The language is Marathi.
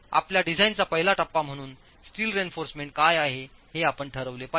आपल्या डिझाइनचा पहिला टप्पा म्हणून स्टीलची रेइन्फॉर्समेंट काय आहे हे आपण ठरविले पाहिजे